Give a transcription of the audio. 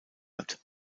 hat